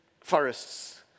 forests